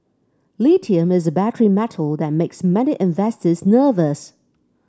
lithium is a battery metal that makes many investors nervous